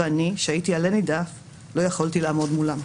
ואני, שהייתי עלה נידף, לא יכולתי לעמוד מולם.